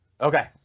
Okay